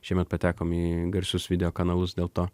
šiemet patekom į garsius video kanalus dėl to